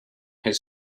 his